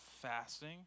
fasting